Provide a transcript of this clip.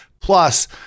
plus